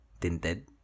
tinted